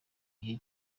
gihe